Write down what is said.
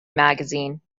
magazine